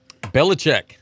Belichick